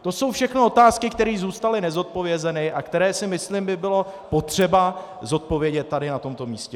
To jsou všechno otázky, které zůstaly nezodpovězené a které by, myslím, bylo potřeba zodpovědět tady na tomto místě.